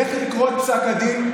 לך לקרוא את פסק הדין.